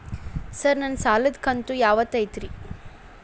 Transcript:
Sir ನನ್ನ ಸಾಲದ ಕಂತು ಯಾವತ್ತೂ ಐತ್ರಿ?